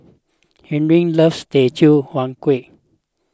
Henri loves Teochew Huat Kueh